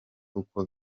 uko